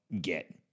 get